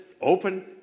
open